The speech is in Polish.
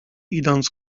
idąc